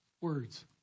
words